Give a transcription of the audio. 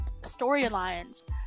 storylines